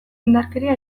indarkeria